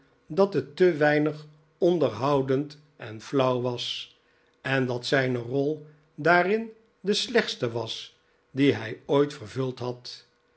dat het te weinig onderhoudend en flauw was en dat zijne rol daarin de slechtste was die hi ooit vervuld had